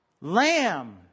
lamb